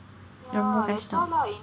ரொம்ப கஷ்டம்:romba kashtam